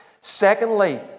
Secondly